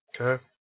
Okay